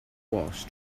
walsh